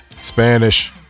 Spanish